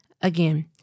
again